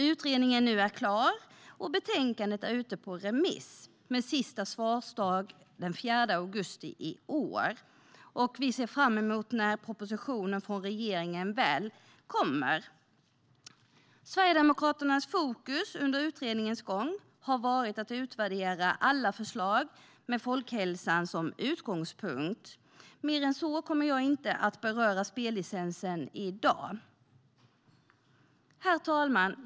Utredningen är nu klar, och betänkandet är ute på remiss med sista svarsdag den 4 augusti i år. Vi ser fram emot när propositionen från regeringen väl kommer. Sverigedemokraternas fokus under utredningens gång har varit att utvärdera alla förslag med folkhälsan som utgångspunkt. Mer än så kommer jag inte att beröra spellicensen i dag. Herr talman!